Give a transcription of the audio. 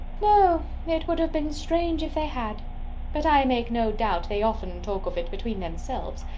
no it would have been strange if they had but i make no doubt they often talk of it between themselves.